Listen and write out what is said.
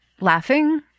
laughing